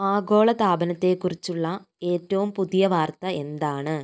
ആഗോള താപനത്തെ കുറിച്ചുള്ള ഏറ്റവും പുതിയ വാർത്ത എന്താണ്